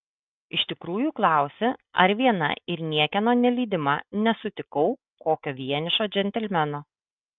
iš tikrųjų klausi ar viena ir niekieno nelydima nesutikau kokio vienišo džentelmeno